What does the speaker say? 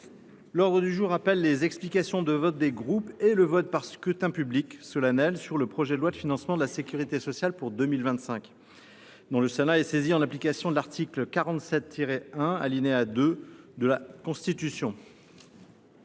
L’ordre du jour appelle les explications de vote des groupes et le vote par scrutin public solennel sur le projet de loi de financement de la sécurité sociale pour 2025, dont le Sénat est saisi en application de l’article 47 1, alinéa 2, de la Constitution